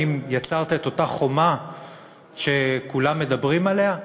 האם יצרת את אותה חומה שכולם מדברים עליה?